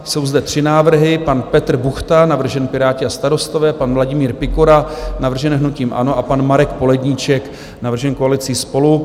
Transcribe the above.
Jsou zde tři návrhy: pan Petr Buchta, navržen Piráti a Starostové, pan Vladimír Pikora, navržen hnutím ANO, a pan Marek Poledníček, navržen koalicí SPOLU.